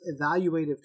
evaluative